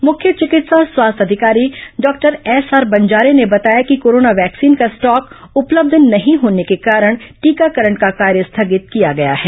मुख्य चिकित्सा और स्वास्थ्य अधिकारी डॉक्टर एसआर बंजारे ने बताया कि कोरोना वैक्सीन का स्टॉक उपलब्ध नहीं होने के कारण टीकाकरण कार्य स्थगित किया गया है